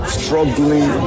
struggling